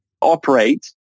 operate